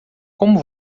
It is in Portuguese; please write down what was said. como